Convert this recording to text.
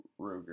Ruger